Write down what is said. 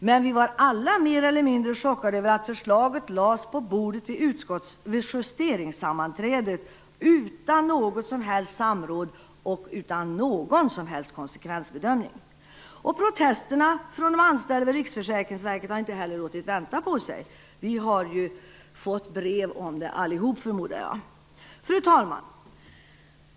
Men vi var alla mer eller mindre chockade över att förslaget lades på bordet vid justeringssammanträdet utan något som helst samråd och utan någon som helst konsekvensbedömning. Protesterna från de anställda vid Riksförsäkringsverket har inte heller låtit vänta på sig. Vi har allihop, förmodar jag, fått brev om det. Fru talman!